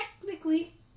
technically